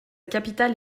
capitale